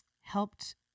helped